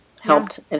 Helped